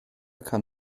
kann